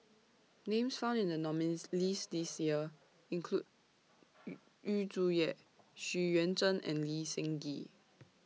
Names found in The nominees' list This Year include Yu Zhuye Xu Yuan Zhen and Lee Seng Gee